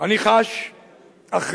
אני חש אחריות